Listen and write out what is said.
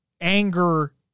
anger